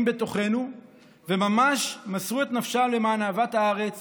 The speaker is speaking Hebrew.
בתוכנו וממש מסרו את נפשם למען אהבת הארץ